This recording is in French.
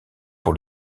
pour